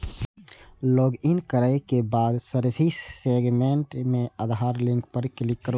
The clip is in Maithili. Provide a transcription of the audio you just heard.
लॉगइन करै के बाद सर्विस सेगमेंट मे आधार लिंक पर क्लिक करू